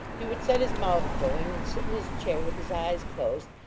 he would set his mouth going, and sit in his chair with his eyes closed,